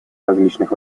различных